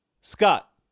scott